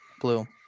blue